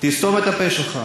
תסתום את הפה שלך,